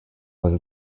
was